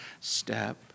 step